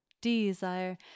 desire